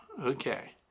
Okay